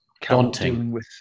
Daunting